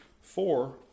four